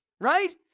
right